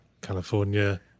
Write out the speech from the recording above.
California